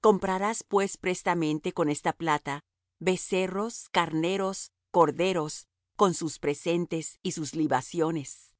comprarás pues prestamente con esta plata becerros carneros corderos con sus presentes y sus libaciones